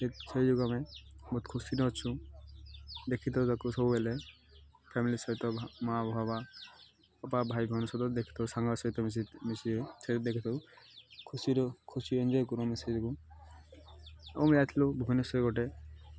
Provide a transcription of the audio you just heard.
ସେ ସେଇଯୋଗୁଁ ଆମେ ବହୁତ ଖୁସିରେ ଅଛୁ ଦେଖିଥାଉ ତାକୁ ସବୁବେଳେ ଫ୍ୟାମିଲି ସହିତ ମାଆ ବାବା ବାପା ଭାଇ ସହିତ ଭଉଣୀ ଦେଖିଥାଉ ସାଙ୍ଗ ସହିତ ମିଶି ସେଇଠି ଦେଖିଥାଉ ଖୁସିର ଖୁସି ଏନଜଏ୍ କରୁ ଆମେ ସେଯୋଗୁଁ ଆଉ ଆମେ ଯାଇଥିଲୁ ଭୁବନେଶ୍ୱର ଗୋଟେ